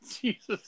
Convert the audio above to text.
Jesus